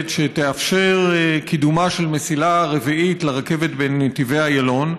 שתאפשר את קידומה של מסילה רביעית לרכבת בנתיבי איילון.